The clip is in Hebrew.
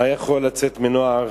מה יכול לצאת מנוער,